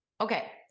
Okay